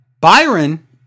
Byron